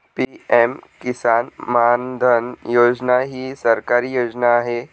PM Kisan Maandhan Yojana ही सरकारी योजना आहे